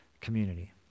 community